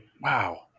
Wow